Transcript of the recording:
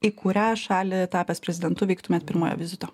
į kurią šalį tapęs prezidentu vyktumėt pirmojo vizito